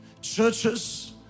Churches